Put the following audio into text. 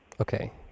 Okay